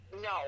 No